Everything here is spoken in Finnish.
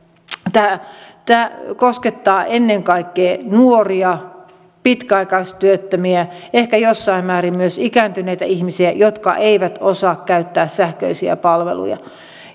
tämä tämä koskettaa ennen kaikkea nuoria pitkäaikaistyöttömiä ehkä jossain määrin myös ikääntyneitä ihmisiä jotka eivät osaa käyttää sähköisiä palveluja